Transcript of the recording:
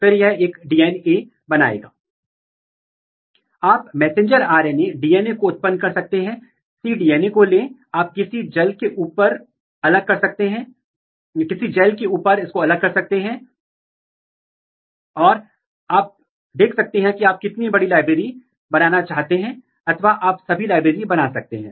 इसलिए यदि आप इस ऐसे को देखते हैं तो आप स्पष्ट रूप से पा सकते हैं कि SEU केवल AP1 और SEPALLATA3 के साथ बातचीत कर रहा है लेकिन यह AP3 के साथ बातचीत नहीं कर रहा है यह सीधे या फिजिकल रूप से PI के साथ बातचीत नहीं कर रहा है